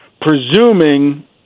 presuming